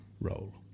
role